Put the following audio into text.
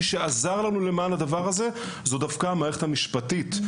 ומי שעזר לנו בעניין הזה זו המערכת המשפטית.